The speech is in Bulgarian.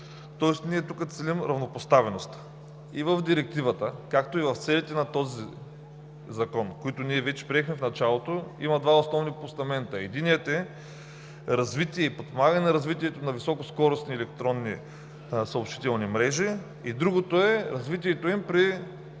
Тоест ние тук целим равнопоставеност. И в Директивата, както и в целите на този Законопроект, които ние вече приехме в началото, има два основни постамента. Единият е развитие и подпомагане на развитието на високоскоростни електронни съобщителни мрежи. Другият е развитието им при